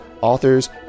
authors